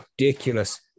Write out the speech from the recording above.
Ridiculous